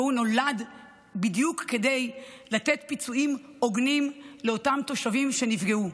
והוא נולד בדיוק כדי לתת פיצויים הוגנים לאותם תושבים שנפגעו.